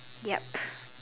ya